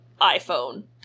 iPhone